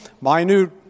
minute